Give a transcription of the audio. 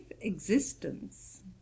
existence